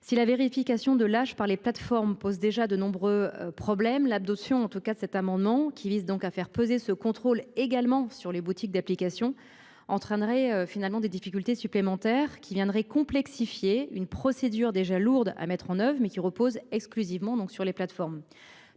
Si la vérification de l'âge par les plateformes pose déjà de nombreux problèmes l'adoption en tout cas de cet amendement qui vise donc à faire peser ce contrôle également sur les boutiques d'applications entraînerait finalement des difficultés supplémentaires qui viendraient complexifier une procédure déjà lourde à mettre en oeuvre mais qui repose exclusivement donc sur les plateformes.